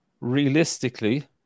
Realistically